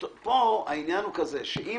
פה, כדי